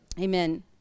amen